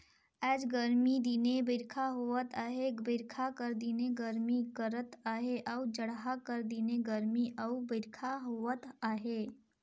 आएज गरमी दिने बरिखा होवत अहे बरिखा कर दिने गरमी करत अहे अउ जड़हा कर दिने गरमी अउ बरिखा होवत अहे